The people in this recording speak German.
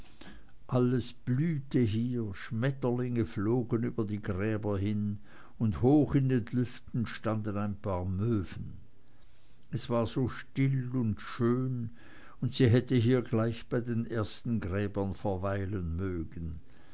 alles blühte hier schmetterlinge flogen über die gräber hin und hoch in den lüften standen ein paar möwen es war so still und schön und sie hätte hier gleich bei den ersten gräbern verweilen mögen